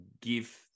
give